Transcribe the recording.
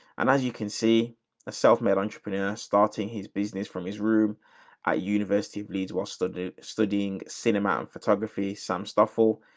and as you can see a self made entrepreneur starting his business from his room at ah university of leeds while study studying cinema and photography, some stuff for